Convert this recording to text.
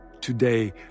Today